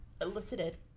elicited